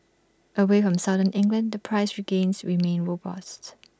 away from southern England the price gains remain robust